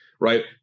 right